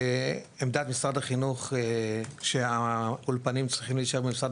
עמדת משרד החינוך שהאולפנים צריכים להישאר במשרד